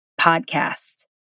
Podcast